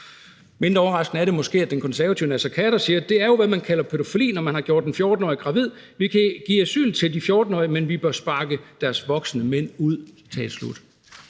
Mindre overraskende er det måske, at den konservative Naser Khader siger: »Det er jo, hvad man kalder pædofili, når man har gjort en 14-årig gravid. Vi kan give asyl til de 14-årige, men bør sparke deres voksne mænd ud.«